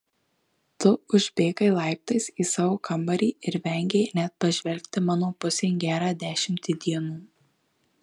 tu užbėgai laiptais į savo kambarį ir vengei net pažvelgti mano pusėn gerą dešimtį dienų